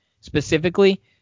specifically